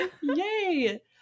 Yay